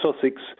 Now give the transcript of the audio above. Sussex